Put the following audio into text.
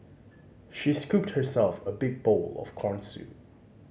she scooped herself a big bowl of corn soup